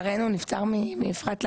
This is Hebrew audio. הכל בסדר, פרגנתי לך.